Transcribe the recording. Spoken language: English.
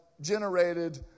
generated